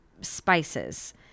spices